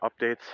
updates